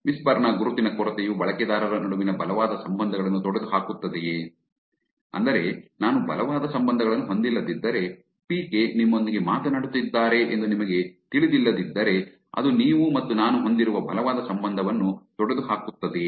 whisper ನ ಗುರುತಿನ ಕೊರತೆಯು ಬಳಕೆದಾರರ ನಡುವಿನ ಬಲವಾದ ಸಂಬಂಧಗಳನ್ನು ತೊಡೆದುಹಾಕುತ್ತದೆಯೇ ಅಂದರೆ ನಾನು ಬಲವಾದ ಸಂಬಂಧಗಳನ್ನು ಹೊಂದಿಲ್ಲದಿದ್ದರೆ ಪಿಕೆ ನಿಮ್ಮೊಂದಿಗೆ ಮಾತನಾಡುತ್ತಿದ್ದಾರೆ ಎಂದು ನಿಮಗೆ ತಿಳಿದಿಲ್ಲದಿದ್ದರೆ ಅದು ನೀವು ಮತ್ತು ನಾನು ಹೊಂದಿರುವ ಬಲವಾದ ಸಂಬಂಧವನ್ನು ತೊಡೆದುಹಾಕುತ್ತದೆಯೇ